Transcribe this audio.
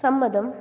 സമ്മതം